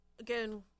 again